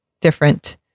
different